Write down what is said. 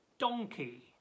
donkey